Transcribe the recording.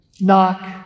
Knock